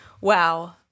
Wow